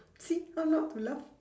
see how not to laugh